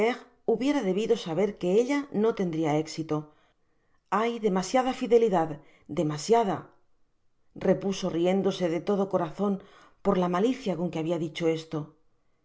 hubiera debido saber que ella no tendria écsito hay demasiada fidelidad demasiada repuso riéndose de todo corazon por la malicia con que habia dicho esto esa